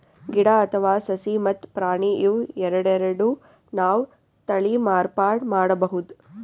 ಗಿಡ ಅಥವಾ ಸಸಿ ಮತ್ತ್ ಪ್ರಾಣಿ ಇವ್ ಎರಡೆರಡು ನಾವ್ ತಳಿ ಮಾರ್ಪಾಡ್ ಮಾಡಬಹುದ್